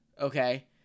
okay